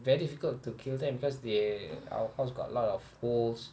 very difficult to kill them because they our house got a lot of holes